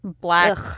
black